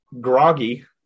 groggy